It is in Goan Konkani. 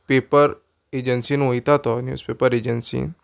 पेपर एजंसीन वयता तो न्यूजपेपर एजन्सीन